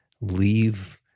leave